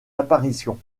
apparitions